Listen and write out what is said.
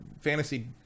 fantasy